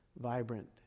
vibrant